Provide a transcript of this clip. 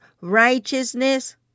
righteousness